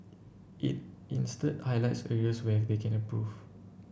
it instead highlights areas where they can improve